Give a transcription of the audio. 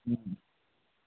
جی